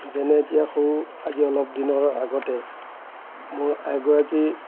যেনে এতিয়া সৌ আজি অলপ দিনৰ আগতে মোৰ আইগৰাকীৰ